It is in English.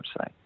website